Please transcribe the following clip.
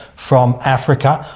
from africa,